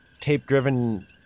tape-driven